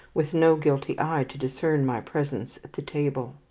with no guilty eye to discern my presence at the table.